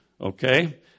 okay